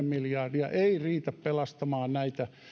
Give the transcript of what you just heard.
miljardia ei riitä pelastamaan näitä